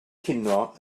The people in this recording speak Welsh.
cinio